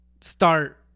start